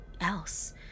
else